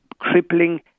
crippling